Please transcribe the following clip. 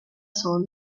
solo